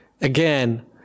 again